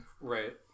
right